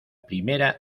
primera